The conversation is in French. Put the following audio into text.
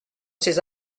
ces